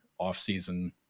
offseason